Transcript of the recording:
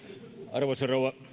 arvoisa rouva